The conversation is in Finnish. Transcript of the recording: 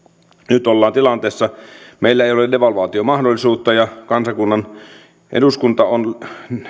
nyt ollaan tilanteessa että meillä ei ole devalvaatiomahdollisuutta eduskunta on